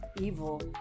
evil